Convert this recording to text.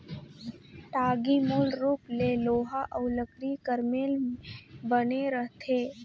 टागी मूल रूप ले लोहा अउ लकरी कर मेल मे बने रहथे